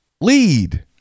Lead